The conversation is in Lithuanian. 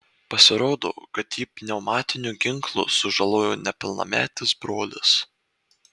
pasirodo kad jį pneumatiniu ginklu sužalojo nepilnametis brolis